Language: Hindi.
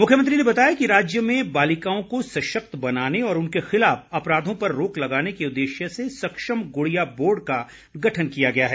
मुख्यमंत्री ने बताया कि राज्य में बालिकाओं को सशक्त बनाने और उनके खिलाफ अपराधों पर रोक लगाने के उद्देश्य से सक्षम ग्रड़िया बोर्ड का गठन किया गया है